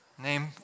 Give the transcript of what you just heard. Name